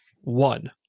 One